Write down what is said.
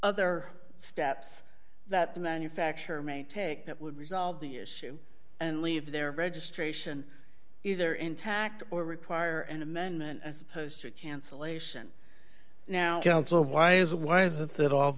other steps that the manufacturer may take that would resolve the issue and leave their registration either intact or require an amendment as opposed to a cancellation now so why is it why is it